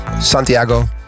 Santiago